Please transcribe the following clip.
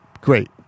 great